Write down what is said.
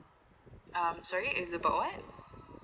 um sorry it's about what